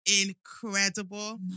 incredible